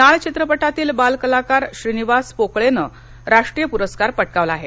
नाळ चित्रपटातील बालकलाकार श्रीनिवास पोकळेन राष्ट्रीय प्रस्कार पटकावला आहे